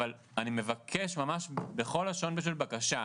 אבל אני מבקש ממש בכל לשון של בקשה,